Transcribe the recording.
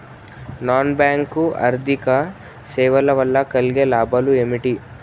Non bank ఆర్థిక సేవల వల్ల కలిగే లాభాలు ఏమిటి?